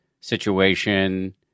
situation